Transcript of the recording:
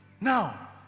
Now